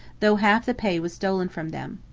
though half the pay was stolen from them.